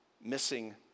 missing